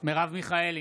מרב מיכאלי,